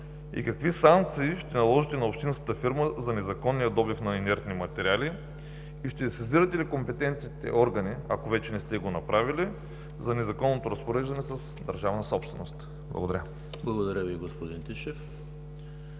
Какви санкции ще наложите на общинската фирма за незаконния добив на инертни материали? Ще сезирате ли компетентните органи, ако вече не сте го направили, за незаконното разпореждане с държавна собственост? Благодаря. ПРЕДСЕДАТЕЛ ЕМИЛ ХРИСТОВ: